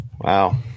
Wow